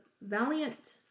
Valiant